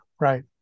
right